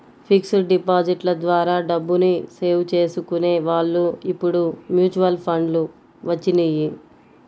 fixed డిపాజిట్ల ద్వారా డబ్బుని సేవ్ చేసుకునే వాళ్ళు ఇప్పుడు మ్యూచువల్ ఫండ్లు వచ్చినియ్యి